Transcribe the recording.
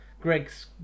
Greg's